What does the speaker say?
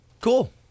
Cool